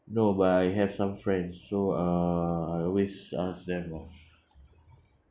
no but I have some friends so uh I always ask them lor